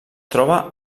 troba